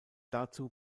dazu